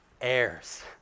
heirs